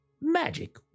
Magic